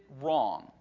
wrong